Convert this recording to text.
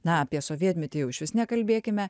na apie sovietmetį jau išvis nekalbėkime